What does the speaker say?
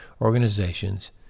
organizations